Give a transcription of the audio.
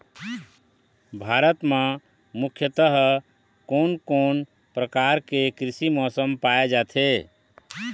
भारत म मुख्यतः कोन कौन प्रकार के कृषि मौसम पाए जाथे?